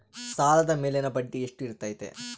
ಸಾಲದ ಮೇಲಿನ ಬಡ್ಡಿ ಎಷ್ಟು ಇರ್ತೈತೆ?